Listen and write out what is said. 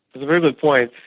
a very good point,